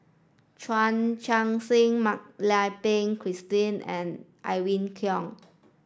Chan Chun Sing Mak Lai Peng Christine and Irene Khong